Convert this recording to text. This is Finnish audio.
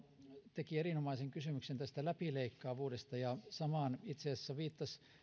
teki erinomaisen kysymyksen tästä läpileikkaavuudesta ja samaan itse asiassa viittasi